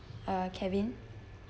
uh kevin